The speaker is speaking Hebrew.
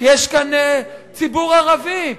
כי יש כאן ציבור ערבי.